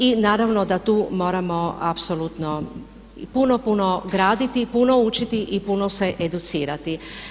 I naravno da tu moramo apsolutno puno, puno graditi, puno učiti i puno se educirati.